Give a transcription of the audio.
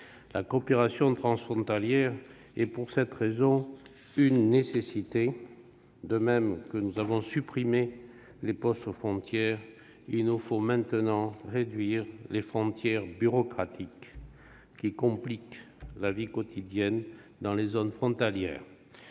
La coopération transfrontalière est, pour cette raison, une nécessité. De même que nous avons supprimé les postes-frontière, il nous faut maintenant réduire les frontières bureaucratiques qui compliquent la vie quotidienne dans les zones frontalières.